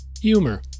Humor